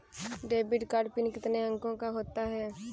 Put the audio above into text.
Debit card PIN कितने अंकों का होता है?